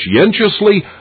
conscientiously